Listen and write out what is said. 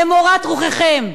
למורת רוחכם.